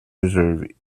reserve